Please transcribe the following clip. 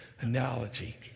analogy